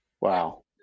wow